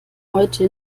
heute